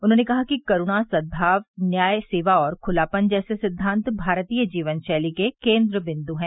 उन्होंने कहा कि करूणा सदभाव न्याय सेवा और खुलापन जैसे सिद्धांत भारतीय जीवन शैली के केन्द्र बिंदु हैं